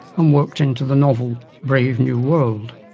um worked into the novel brave new world.